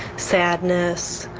sadness,